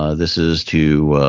ah this is too.